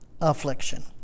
affliction